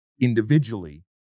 individually